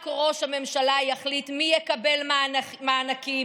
רק ראש הממשלה יחליט מי יקבל מענקים,